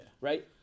right